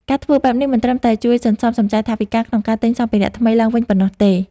ការធ្វើបែបនេះមិនត្រឹមតែជួយសន្សំសំចៃថវិកាក្នុងការទិញសម្ភារៈថ្មីឡើងវិញប៉ុណ្ណោះទេ។